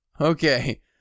Okay